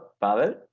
Pavel